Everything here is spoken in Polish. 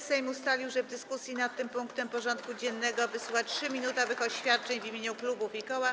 Sejm ustalił, że w dyskusji nad tym punktem porządku dziennego wysłucha 3-minutowych oświadczeń w imieniu klubów i koła.